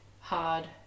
hard